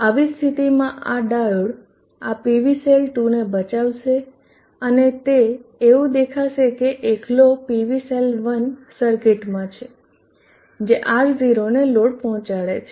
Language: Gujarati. આવી સ્થિતિમાં આ ડાયોડ આ PVસેલ 2 ને બચાવશે અને તે એવું દેખાશે કે એકલો PV સેલ 1 સરકિટ માં છે જે R0 ને લોડ પહોચાડે છે